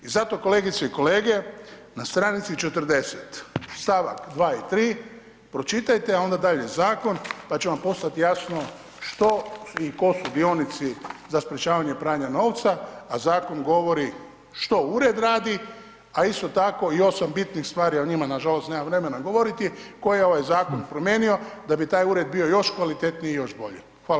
I zato kolegice i kolege, na stranici 40. stavak 2. i 3. pročitajte, a onda dalje zakon pa će vam postati jasno što i tko su dionici za sprječavanje pranja novca, a zakon govori što ured radi, a isto tako i 8 bitnih stvari o njima nažalost nemam vremena govoriti koje je ovaj zakon promijenio da bi taj ured bio još kvalitetniji i još bolji.